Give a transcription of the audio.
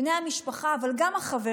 בני המשפחה, אבל גם החברים,